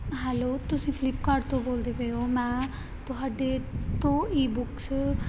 hello ਤੁਸੀਂ Flipkart ਤੋਂ ਬੋਲਦੇ ਪਏ ਹੋ ਮੈਂ ਤੁਹਾਡੇ ਤੋਂ ਈਬੁੱਕਸ